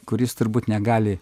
kuris turbūt negali